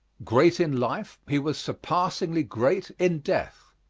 great in life, he was surpassingly great in death.